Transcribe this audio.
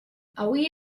avui